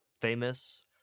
famous